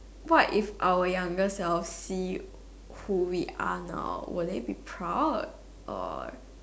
what if our younger self sees who we are now will they be proud or